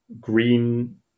green